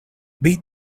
beat